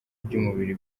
by’umubiri